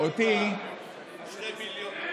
זה 2 מיליון שקל לשנה.